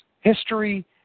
History